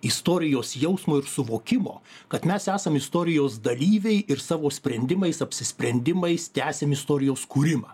istorijos jausmo ir suvokimo kad mes esam istorijos dalyviai ir savo sprendimais apsisprendimais tęsiam istorijos kūrimą